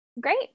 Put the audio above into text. Great